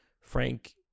Frank